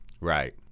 right